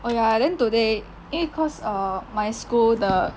oh ya then today 因为 cause err my school the